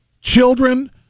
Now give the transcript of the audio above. Children